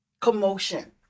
commotion